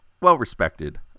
well-respected